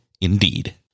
indeed